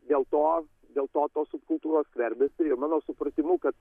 dėl to dėl to tos subkultūros skverbiasi į mano supratimu kad